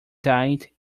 died